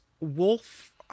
wolf